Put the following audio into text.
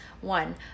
One